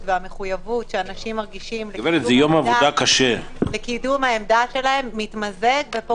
שאם הבחירות מתקיימות ב-22